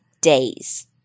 days